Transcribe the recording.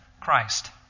Christ